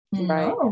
Right